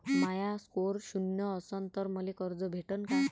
माया score शून्य असन तर मले कर्ज भेटन का?